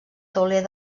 tauler